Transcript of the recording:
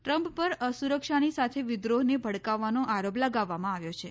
Trump પર અસુરક્ષાની સાથે વિદ્રોહને ભડકાવાનો આરોપ લગાવવામાં આવ્યો છે